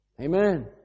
Amen